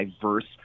diverse